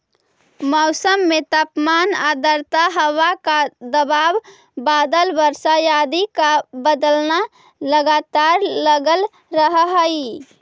मौसम में तापमान आद्रता हवा का दबाव बादल वर्षा आदि का बदलना लगातार लगल रहअ हई